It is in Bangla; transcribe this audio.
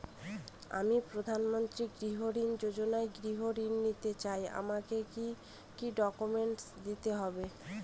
আমি প্রধানমন্ত্রী গৃহ ঋণ যোজনায় গৃহ ঋণ নিতে চাই আমাকে কি কি ডকুমেন্টস দিতে হবে?